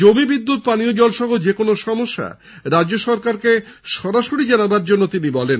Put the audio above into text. জমি বিদ্যুৎ পানীয় জল সহ যে কোন সমস্যা রাজ্য সরকারকে সরাসরি জানানোর জন্য তিনি বলেন